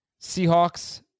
Seahawks